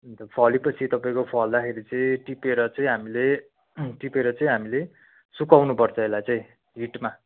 अन्त फलेपछि तपाईँको फल्दाखेरि चाहिँ टिपेर चाहिँ हामीले टिपेर चाहिँ हामीले सुकाउनुपर्छ यसलाई चाहिँ हिटमा